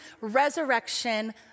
resurrection